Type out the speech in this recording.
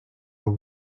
but